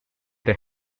they